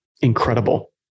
incredible